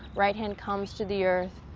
right hand comes to the earth,